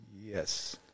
Yes